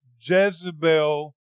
jezebel